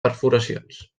perforacions